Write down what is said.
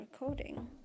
recording